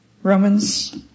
Romans